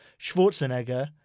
Schwarzenegger